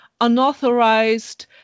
unauthorized